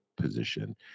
position